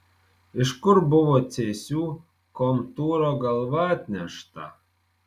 iš kur buvo cėsių komtūro galva atnešta